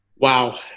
Wow